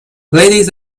ladies